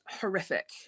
horrific